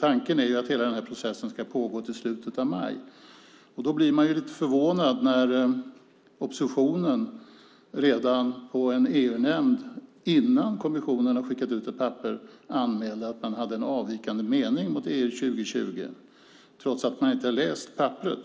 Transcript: Tanken är att hela den här processen ska pågå till slutet av maj. Då blir man lite förvånad när oppositionen redan på ett sammanträde i EU-nämnden innan kommissionen har skickat ut papperet anmäler att man har en avvikande mening mot EU 2020 trots att man inte har läst papperet.